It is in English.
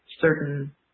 certain